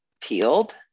peeled